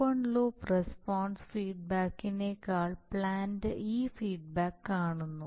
open loop response ഫീഡ്ബാക്കിനേക്കാൾ plant ഈ feedback കാണുന്നു